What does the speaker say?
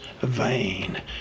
vain